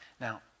Now